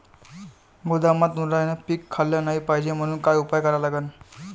गोदामात उंदरायनं पीक खाल्लं नाही पायजे म्हनून का उपाय करा लागन?